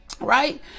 Right